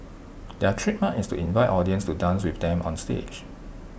their trademark is to invite audience to dance with them onstage